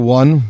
one